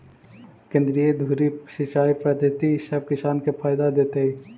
केंद्रीय धुरी सिंचाई पद्धति सब किसान के फायदा देतइ